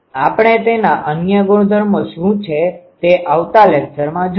આપણે તેના અન્ય ગુણધર્મો શુ છે તે આવતા લેક્ચરમાં જોઈશું